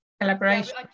collaboration